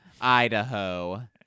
Idaho